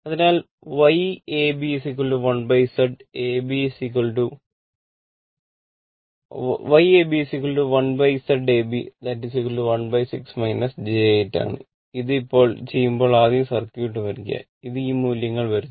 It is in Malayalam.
അതിനാൽ Y ab 1Z ab 16 j 8 ആണ്ഇത് എപ്പോൾ ചെയ്യുമ്പോളും ആദ്യം സർക്യൂട്ട് വരയ്ക്കുക ഇത് ഈ മൂല്യം വരുന്നു